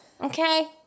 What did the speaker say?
Okay